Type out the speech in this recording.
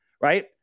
right